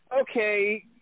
okay